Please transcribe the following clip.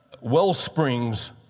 Wellsprings